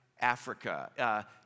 africa